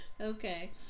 Okay